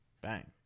Bang